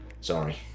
Sorry